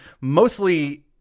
mostly